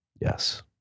Yes